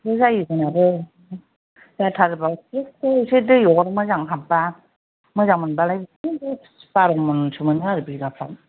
बिदिनो जायो जोंनाबो जाथारबा खुब एसे दै अर मोजाङै हाबबा मोजां मोनबालाय खुनुरुखुम बार' मनसो मोनो आरो बिगाफ्राव